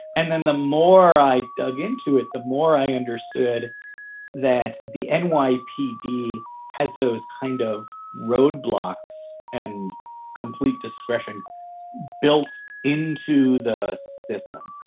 and then the more i dug into it, the more i understood that the and nypd has those kind of roadblocks and complete discretion built into the system.